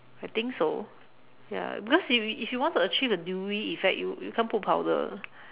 I think so ya because if if you want to achieve a dewy effect you you can't put powder